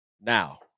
Now